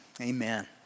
amen